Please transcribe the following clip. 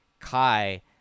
Kai